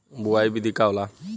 बुआई विधि का होला?